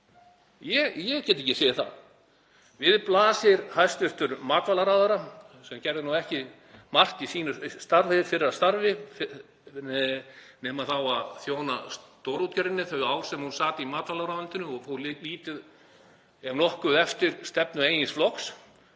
Ég get ekki séð það. Við blasir fyrrverandi hæstv. matvælaráðherra sem gerði nú ekki margt í sínu fyrra starfi nema þá að þjóna stórútgerðinni þau ár sem hún sat í matvælaráðuneytinu og fór lítið ef nokkuð eftir stefnu eigin flokks.